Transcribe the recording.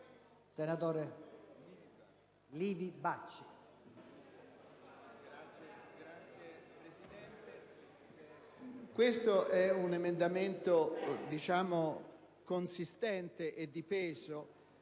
senatore Livi Bacci